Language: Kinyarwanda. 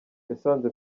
yasanze